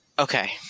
Okay